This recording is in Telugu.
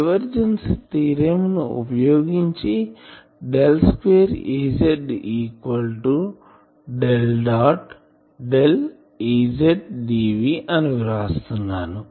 డైవర్జన్స్ థీరం ని వుపయోగించి del square Az del dot del Az dv అని వ్రాస్తున్నాను